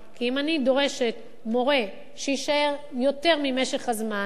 כי אם אני דורשת מורה שיישאר יותר זמן,